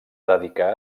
dedicar